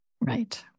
right